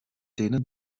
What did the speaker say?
denen